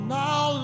now